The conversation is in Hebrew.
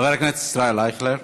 חבר הכנסת ישראל אייכלר,